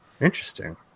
interesting